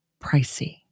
pricey